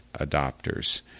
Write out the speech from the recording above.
adopters